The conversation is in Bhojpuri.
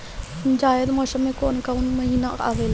जायद मौसम में कौन कउन कउन महीना आवेला?